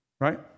Right